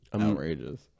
Outrageous